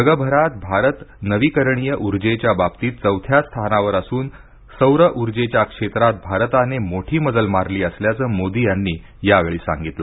जगभरात भारत नवीकरणीय ऊर्जेच्या बाबतीत चौथ्या स्थानावर असून सौर ऊर्जेच्या क्षेत्रात भारताने मोठी मजल मारली असल्याचं मोदी यानी यावेळी सांगितलं